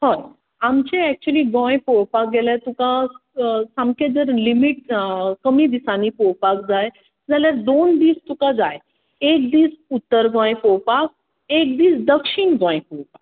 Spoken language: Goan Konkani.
हय आमचे एक्चूली गोंय पळोवपाक गेल्यार तुका सामके जर लिमीट कमी दिसानीं पळोवपाक जाय जाल्यार दोन दीस तुका जाय एक दीस उत्तर गोंय पळोवपाक एक दीस दक्षीण गोंय पळोवपाक